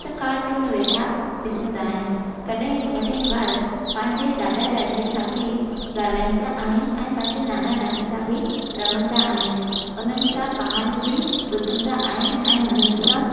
त काटुनि वेठा ॾिसंदा आहिनि कॾहिं कॾहिं ॿार पंहिंजे ॾाॾा ॾाॾीअ सां बि ॻाल्हाईंदा आहिनि ऐं पंहिंजे नाना नानीअ सां बि रमंदा आहिनि उन्हनि सां कहानियूं बि ॿुधंदा आहिनि ऐं उन्हनि सां